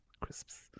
Crisps